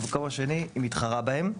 ובכובע השני היא מתחרה בהם,